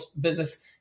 business